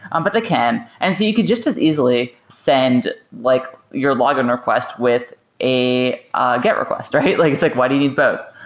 um but they can. and you could just as easily send like your log-in request with a ah get request. like it's like, why do you need both?